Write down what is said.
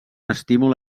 estímul